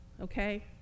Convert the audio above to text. Okay